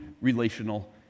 relational